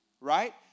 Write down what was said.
right